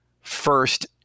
first